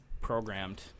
programmed